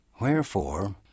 Wherefore